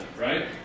right